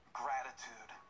gratitude